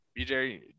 BJ